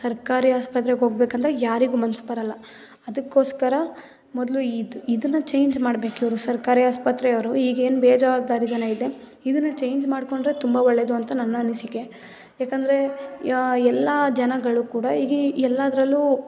ಸರ್ಕಾರಿ ಆಸ್ಪತ್ರೆಗೆ ಹೋಗ್ಬೇಕಂದ್ರೆ ಯಾರಿಗೂ ಮನ್ಸು ಬರೋಲ್ಲ ಅದಕೋಸ್ಕರ ಮೊದಲು ಇದನ್ನು ಚೇಂಜ್ ಮಾಡಬೇಕು ಇವರು ಸರ್ಕಾರಿ ಆಸ್ಪತ್ರೆಯವರು ಈಗೇನು ಬೇಜವಾಬ್ದಾರಿತನ ಇದೆ ಇದನ್ನು ಚೇಂಜ್ ಮಾಡಿಕೊಂಡ್ರೆ ತುಂಬ ಒಳ್ಳೆಯದು ಅಂತ ನನ್ನ ಅನಿಸಿಕೆ ಯಾಕಂದರೆ ಎಲ್ಲ ಜನಗಳು ಕೂಡ ಹೀಗೆ ಎಲ್ಲದರಲ್ಲೂ